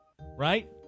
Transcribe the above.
right